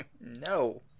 No